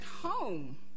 home